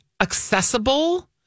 accessible